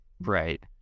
Right